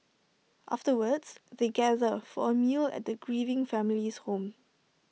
afterwards they gather for A meal at the grieving family's home